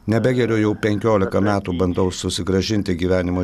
nebegeriu jau penkiolika metų bandau susigrąžinti gyvenimo